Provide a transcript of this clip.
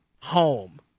home